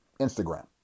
Instagram